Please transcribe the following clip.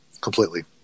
completely